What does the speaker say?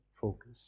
focus